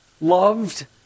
loved